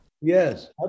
Yes